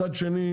מצד שני,